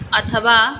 अथवा